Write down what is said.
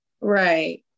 right